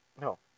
no